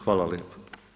Hvala lijepa.